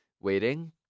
waiting